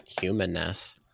humanness